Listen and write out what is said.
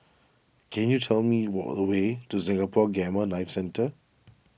can you tell me the way to Singapore Gamma Knife Centre